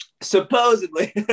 Supposedly